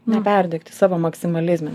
neperdegti savo maksimalizme